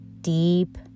deep